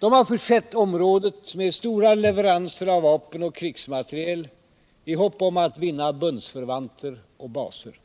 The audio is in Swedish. De har försett området med stora leveranser av vapen och krigsmateriel i hopp om att vinna bundsförvanter och baser.